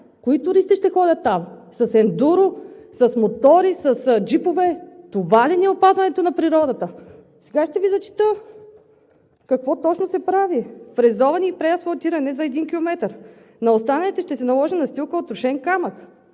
Кои туристи ще ходят там? С ендуро, с мотори, с джипове? Това ли ни е опазването на природата? Сега ще Ви зачета какво точно се прави: фрезоване и преасфалтиране за един километър, а на останалите ще се наложи настилка от трошен камък